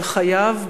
על חייו,